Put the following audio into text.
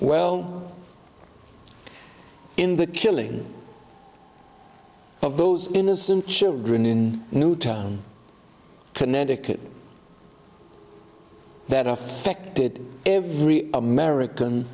well in the killing of those innocent children in newtown connecticut that affected every american